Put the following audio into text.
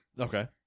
okay